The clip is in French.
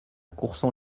courson